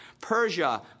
Persia